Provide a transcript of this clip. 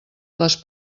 les